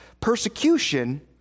persecution